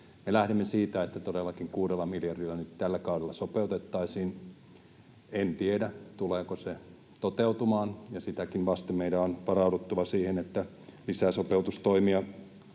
lähdemme siitä, että todellakin kuudella miljardilla nyt tällä kaudella sopeutettaisiin — en tiedä, tuleeko se toteutumaan — ja sitäkin vasten meidän on varauduttava siihen, että lisäsopeutustoimia